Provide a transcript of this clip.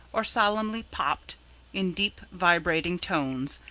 or solemnly popped in deep vibrating tones,